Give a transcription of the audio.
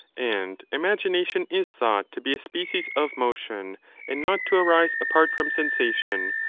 and imagination is thought to be a species of motion and not to arise apart from sensation,